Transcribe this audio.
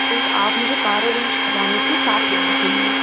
तो आप मुझे कार अरेंज करवानी थी सात लोगों के लिए